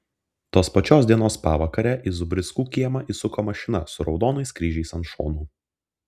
tos pačios dienos pavakare į zubrickų kiemą įsuko mašina su raudonais kryžiais ant šonų